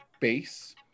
base